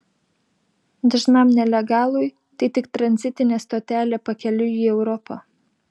dažnam nelegalui tai tik tranzitinė stotelė pakeliui į europą